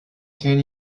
ten